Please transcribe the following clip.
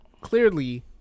clearly